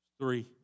Three